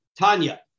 Tanya